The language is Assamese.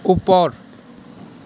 ওপৰ